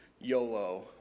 YOLO